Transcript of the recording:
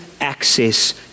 access